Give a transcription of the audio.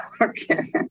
Okay